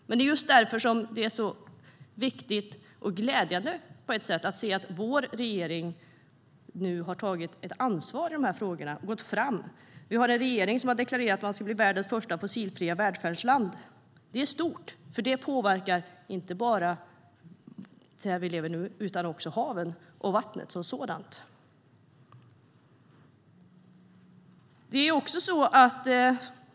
Det är just därför som det är så viktigt och på ett sätt glädjande att se att vår regering nu har tagit ett ansvar i dessa frågor och gått fram. Vi har en regering som har deklarerat att Sverige ska bli världens första fossilfria välfärdsland. Det är stort. Det påverkar inte bara där vi lever nu utan också haven och vattnet som sådant.